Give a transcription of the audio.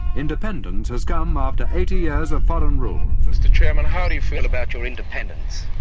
independence has come after eighty years of foreign rule. mr chairman, how do you feel about your independence?